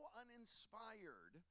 uninspired